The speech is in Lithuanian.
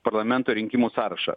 parlamento rinkimų sąrašą